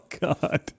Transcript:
God